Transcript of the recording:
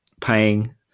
paying